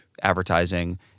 advertising